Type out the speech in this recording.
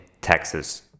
Texas